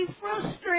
frustrated